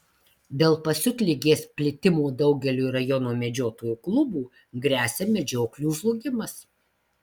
dėl pasiutligės plitimo daugeliui rajono medžiotojų klubų gresia medžioklių žlugimas